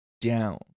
down